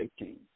18